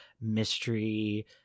mystery